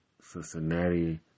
Cincinnati